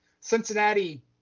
Cincinnati